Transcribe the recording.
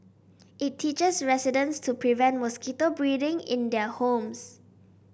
it teaches residents to prevent mosquito breeding in their homes